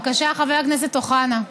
בבקשה, חבר הכנסת אוחנה.